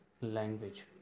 language